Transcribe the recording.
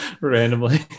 Randomly